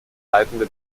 leitende